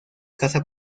casa